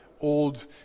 old